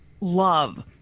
love